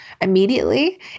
immediately